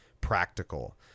practical